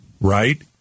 right